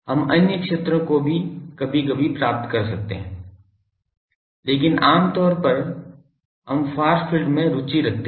हम अन्य क्षेत्रों को भी कभी कभी पा सकते हैं लेकिन आम तौर पर हम फार फील्ड में रुचि रखते हैं